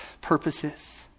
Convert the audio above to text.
purposes